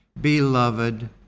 Beloved